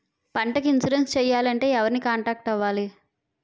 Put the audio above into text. పంటకు ఇన్సురెన్స్ చేయాలంటే ఎవరిని కాంటాక్ట్ అవ్వాలి?